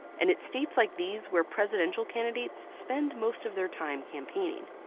and it's states like these where presidential candidates spend most of their time campaigning.